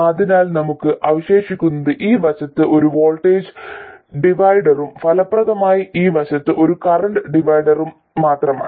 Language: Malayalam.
അതിനാൽ നമുക്ക് അവശേഷിക്കുന്നത് ഈ വശത്ത് ഒരു വോൾട്ടേജ് ഡിവൈഡറും ഫലപ്രദമായി ഈ വശത്ത് ഒരു കറന്റ് ഡിവൈഡറും മാത്രമാണ്